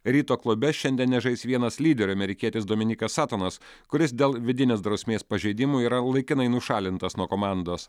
ryto klube šiandien nežais vienas lyderių amerikietis dominykas satonas kuris dėl vidinės drausmės pažeidimų yra laikinai nušalintas nuo komandos